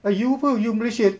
eh you apa you malaysian